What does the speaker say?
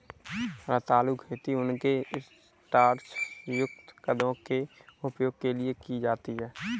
रतालू खेती उनके स्टार्च युक्त कंदों के उपभोग के लिए की जाती है